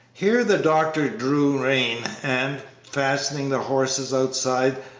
here the doctor drew rein, and, fastening the horses outside,